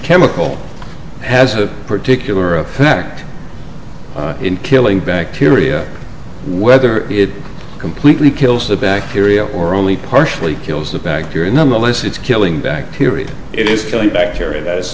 chemical has a particular effect in killing bacteria whether it completely kills the bacteria or only partially kills the bacteria nonetheless it's killing bacteria it is killing bacteria that is